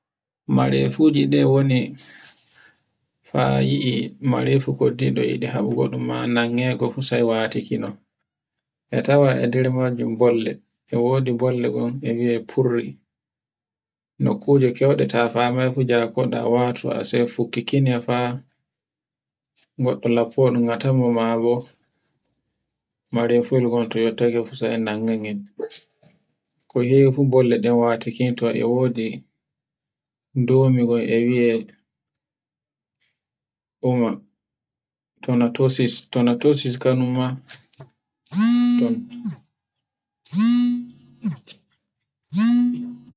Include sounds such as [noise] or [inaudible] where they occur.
Marefuji nde woni fa yi marefu koddiɗi e ɗe goɗɗum ma nango ko fu sai wataki non, e tawa e nder majjum bolle. E wodi bolle ngon e wi'e furri nokkuje kayɗe ta famai fu jafoɗa watu a sefu kikkinya fa neɗɗo laffo ɗun gata mun a tama ma bo marefuyel ngel to yottake fu sai nanga ngel, [noise] Ko hewi fu bolle ɗen wati kinto e wodi domi ngon e wi'e uma tonatosis. tonatosis kanun ma [noise]